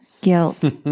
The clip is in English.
guilt